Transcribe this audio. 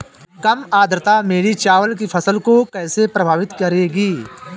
कम आर्द्रता मेरी चावल की फसल को कैसे प्रभावित करेगी?